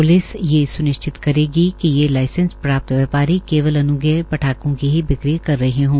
police यह स्निश्चित करेगी कि ये लाइसेंस प्राप्त व्यापारी केवल अन्जेय पटाखों की ही बिक्री कर रहे हों